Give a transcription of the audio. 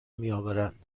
میآورند